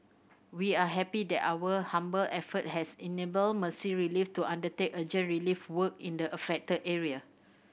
we are happy that our humble effort has enabled Mercy Relief to undertake urgent relief work in the affected area